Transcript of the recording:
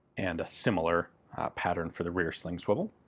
and a similar pattern for the rear sling swivel.